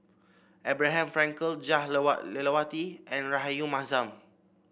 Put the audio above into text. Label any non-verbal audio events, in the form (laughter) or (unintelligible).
Abraham Frankel Jah (unintelligible) Lelawati and Rahayu Mahzam